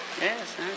Yes